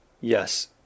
Yes